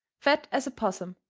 fat as a possum,